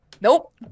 Nope